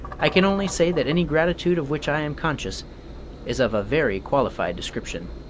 i can only say that any gratitude of which i am conscious is of a very qualified description.